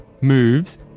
moves